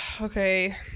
Okay